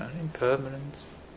impermanence